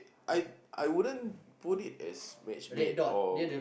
I I wouldn't put it as match made or